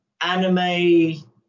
anime